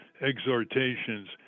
exhortations